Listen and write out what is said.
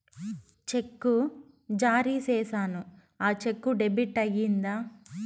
చెక్కు జారీ సేసాను, ఆ చెక్కు డెబిట్ అయిందా